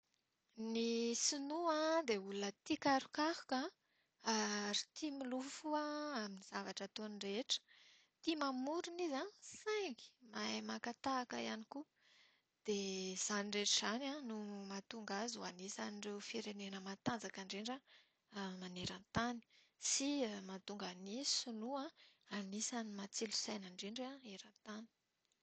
Ny sinoa dia olona tia karokaroka an ary tia milofo amin'ny zavatra ataony rehetra. Tia mamorona izy an, saingy mahay maka tahaka ihany koa. Dia izany rehetra izany an no mahatonga azy ho anisan'ireo firenena matanjaka indrindra maneran-tany. Sy mahatonga ny sinoa anisan'ireo matsilo saina indrindra eran-tany.